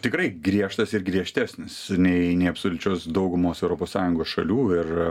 tikrai griežtas ir griežtesnis nei nei absoliučios daugumos europos sąjungos šalių ir